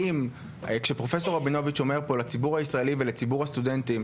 האם כשפרופ' רבינוביץ אומר פה לציבור הישראלי ולציבור הסטודנטים,